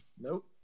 Nope